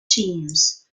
teams